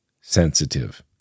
sensitive